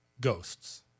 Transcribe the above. ghosts